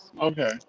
Okay